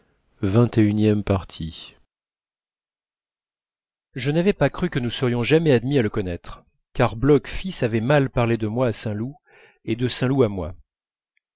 je n'avais pas cru que nous serions jamais admis à le connaître car bloch fils avait mal parlé de moi à saint loup et de saint loup à moi